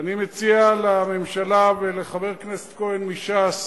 אני מציע לממשלה ולחבר הכנסת כהן מש"ס